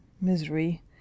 misery